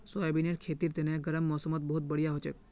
सोयाबीनेर खेतीर तने गर्म मौसमत बहुत बढ़िया हछेक